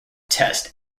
test